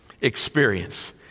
experience